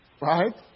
right